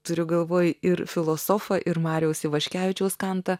turiu galvoj ir filosofą ir mariaus ivaškevičiaus kantą